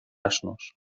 asnos